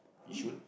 yishun